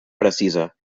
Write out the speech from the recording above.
precisa